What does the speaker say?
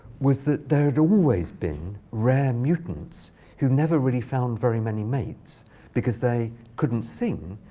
was that there had always been rare mutants who never really found very many mates because they couldn't sing,